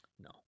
No